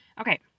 Okay